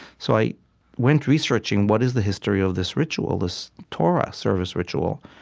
so i went researching, what is the history of this ritual, this torah service ritual,